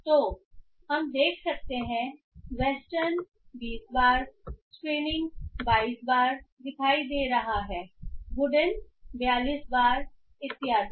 तो हम देख सकते हैं वेस्टर्न 20 बार स्क्रीनिंग 22 बार दिखाई दे रहा है वुडन 42 बार इत्यादि